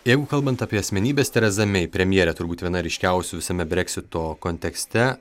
jeigu kalbant apie asmenybes tereza mei premjerė turbūt viena ryškiausių visame breksito kontekste